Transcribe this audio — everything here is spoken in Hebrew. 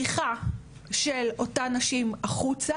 ישנה בריחה של אותן הנשים החוצה